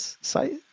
site